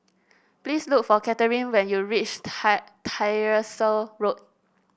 please look for Catherine when you reach Tie Tyersall Road